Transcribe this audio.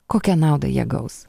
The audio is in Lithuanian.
kokią naudą jie gaus